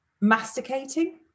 masticating